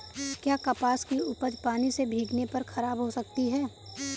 क्या कपास की उपज पानी से भीगने पर खराब हो सकती है?